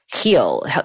heal